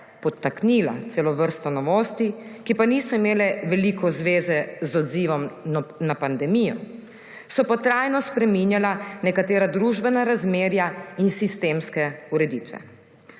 podtaknila celo vrsto novosti, ki pa niso imele veliko zveze z odzivom na pandemijo, so pa trajno spreminjala nekatera družbena razmerja in sistemske ureditve.